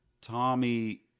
Tommy